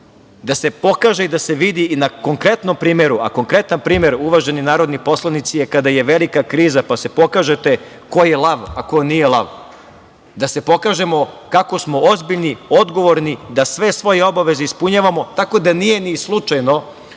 da se pokaže i da se vidi na konkretnom primeru, a konkretan primer, uvaženi narodni poslanici, je kada je velika kriza, pa se pokaže ko je lav, a ko nije lav, da se pokažemo kako smo ozbiljni, da sve svoje obaveze ispunjavamo, tako da nije ni slučajno